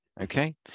Okay